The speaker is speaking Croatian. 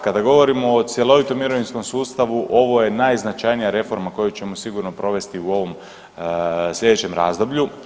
Kada govorimo o cjelovitom mirovinskom sustavu ovo je najznačajnija reforma koju ćemo sigurno provesti u ovom sljedećem razdoblju.